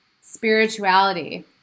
spirituality